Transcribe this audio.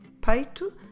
Peito